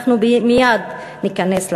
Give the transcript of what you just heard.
אנחנו מייד ניכנס לעבודה.